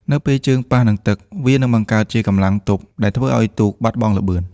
នៅពេលជើងប៉ះនឹងទឹក វានឹងបង្កើតជាកម្លាំងទប់ដែលធ្វើឱ្យទូកបាត់បង់ល្បឿន។